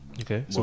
Okay